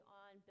on